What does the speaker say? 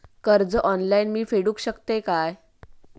कर्ज ऑनलाइन मी फेडूक शकतय काय?